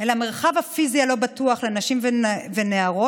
אל המרחב הפיזי הלא-בטוח לנשים ונערות